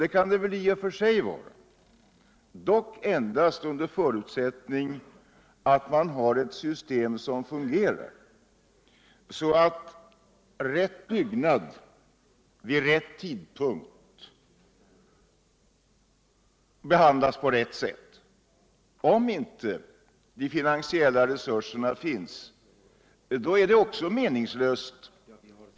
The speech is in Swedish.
Det kan det i och för sig vara, dock endast under förutsättning att man har ett system som fungerar, så att rätt byggnad vid rätt tidpunkt behandlas på rätt sätt. Om inte de finansiella resurserna 73 finns, då är det också meningslöst.